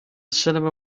cinema